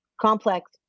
complex